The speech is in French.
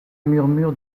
murmure